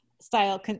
style